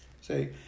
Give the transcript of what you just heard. Say